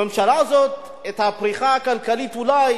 הממשלה הזאת, את הפריחה הכלכלית אולי